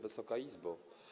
Wysoka Izbo!